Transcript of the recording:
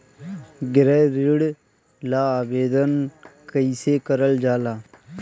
गृह ऋण ला आवेदन कईसे करल जाला?